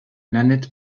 nanette